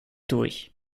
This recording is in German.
durch